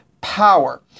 power